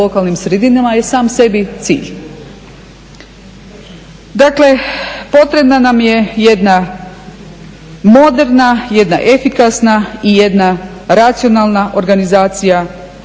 lokalnim sredinama je sam sebi cilj. Dakle, potrebna nam je jedna moderna, jedna efikasna i jedna racionalna organizacija